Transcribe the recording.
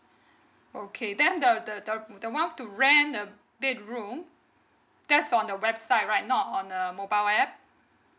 okay then the the the one to rent a bedroom that's on the website right not on a mobile app